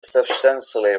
substantially